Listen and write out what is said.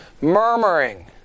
murmuring